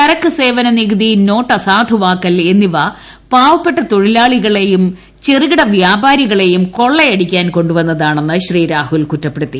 ചരക്ക് സേവന നികുതി നോട്ട് അസാധുവാക്കൽ എന്നിവ പാവപ്പെട്ട തൊഴിലാളികളെയും ചെറുകിട വ്യാപാരികളെയും കൊളളയടിക്കാൻ കൊണ്ടുവന്നതാണെന്ന് ശ്രീ രാഹുൽ കുറ്റപ്പെടുത്തി